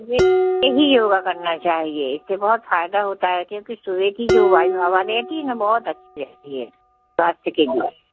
सुबह ही योग करना चाहिए इससे बहुत फ़ायदा होता है क्योंकि सुबह की जो वायु हवा रहती है बहुत अच्छी रहती है स्वास्थ के लिए